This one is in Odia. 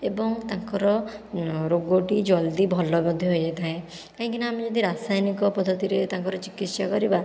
ଏବଂ ତାଙ୍କର ରୋଗଟି ଜଲ୍ଦି ଭଲ ମଧ୍ୟ ହୋଇଯାଇଥାଏ କାହିଁକିନା ଆମେ ଯଦି ରାସାୟନିକ ପଦ୍ଧତିରେ ତାଙ୍କର ଚିକିତ୍ସା କରିବା